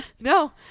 No